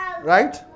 Right